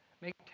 Make